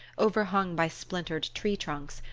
overhung by splintered tree-trunks,